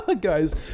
Guys